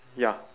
ya